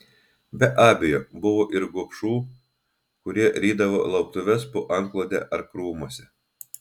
be abejo buvo ir gobšų kurie rydavo lauktuves po antklode ar krūmuose